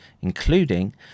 including